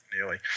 nearly